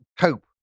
cope